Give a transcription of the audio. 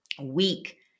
week